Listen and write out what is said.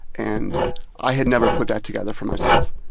and i had never put that together for myself,